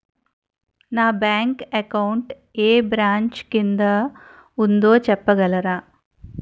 నా bank account ఏ branch కిందా ఉందో చెప్పగలరా?